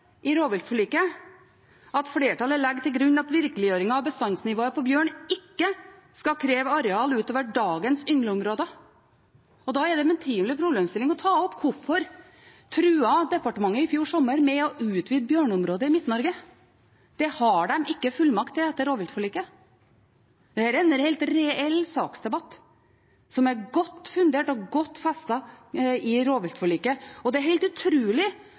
i rovviltforliket at flertallet legger til grunn at virkeliggjøringen av bestandsnivået for bjørn ikke skal kreve areal utover dagens yngleområder. Da er en betimelig problemstilling å ta opp hvorfor departementet i fjor sommer truet med å utvide bjørneområdet i Midt-Norge. Det har de ikke fullmakt til etter rovviltforliket. Dette er en helt reell saksdebatt, som er godt fundert og godt festet i rovviltforliket, og det er helt